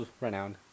renowned